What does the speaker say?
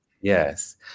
Yes